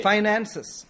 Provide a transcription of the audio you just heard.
Finances